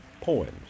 poems